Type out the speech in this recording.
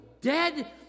dead